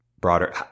broader